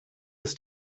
ist